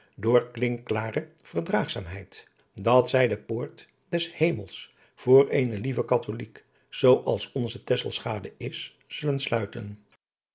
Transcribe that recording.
door klinkklare verdraagzaamheid dat zij de poort des hemels voor eene lieve katholijk zoo als onze tesselschade is zullen sluiten